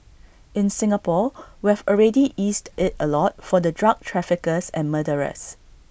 in Singapore we've already eased IT A lot for the drug traffickers and murderers